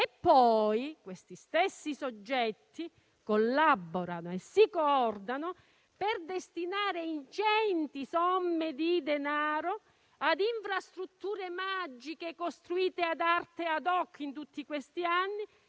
ma poi questi stessi soggetti collaborano e si coordinano per destinare ingenti somme di denaro ad infrastrutture magiche, costruite ad arte e *ad hoc* in tutti questi anni,